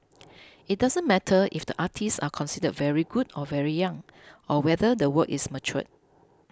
it doesn't matter if the artists are considered very good or very young or whether the work is mature